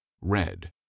Red